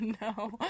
no